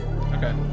okay